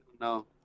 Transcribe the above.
No